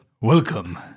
Welcome